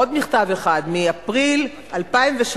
עוד מכתב אחד מאפריל 2003,